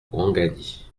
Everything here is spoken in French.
ouangani